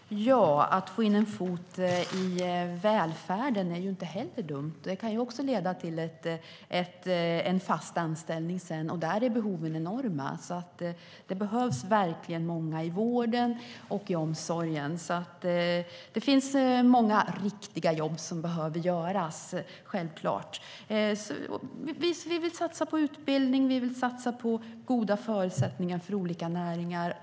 Herr ålderspresident! Att få in en fot i välfärden är inte heller dumt. Det kan också leda till en fast anställning. Och behoven är enorma; det behövs verkligen många i vården och i omsorgen. Det finns självklart många riktiga jobb som behöver göras. Vi vill satsa på utbildning, och vi vill satsa på goda förutsättningar för olika näringar.